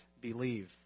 believe